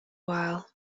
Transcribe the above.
while